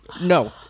No